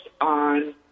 on